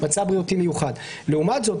לעומת זאת,